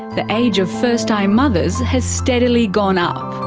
the age of first-time mothers has steadily gone up.